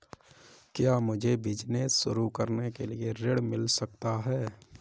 क्या मुझे बिजनेस शुरू करने के लिए ऋण मिल सकता है?